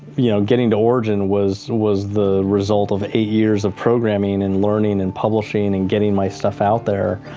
you know, getting to origin was was the result of eight years of programming and learning and publishing and getting my stuff out there.